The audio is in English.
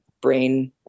brain